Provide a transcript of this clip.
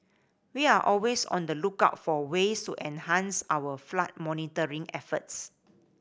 we are always on the lookout for ways to enhance our flood monitoring efforts